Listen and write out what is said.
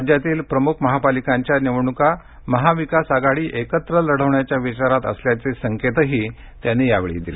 राज्यातील प्रमुख महापालिकांच्या निवडणुका महाविकास आघाडी एकत्र लढवण्याच्या विचारात असल्याचेही संकेत त्यांनी यावेळी दिले